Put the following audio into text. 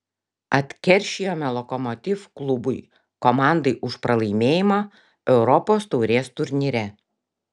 atkeršijome lokomotiv klubui komandai už pralaimėjimą europos taurės turnyre